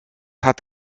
hat